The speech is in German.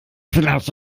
vielleicht